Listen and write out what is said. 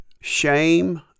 shame